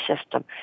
system